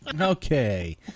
Okay